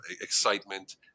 excitement